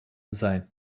sein